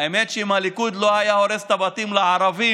האמת היא שאם הליכוד לא היה הורס את הבתים לערבים,